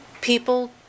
People